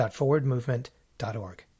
forwardmovement.org